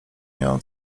nią